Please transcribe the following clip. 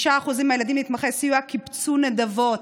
6% מהילדים נתמכי הסיוע קיבצו נדבות,